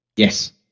Yes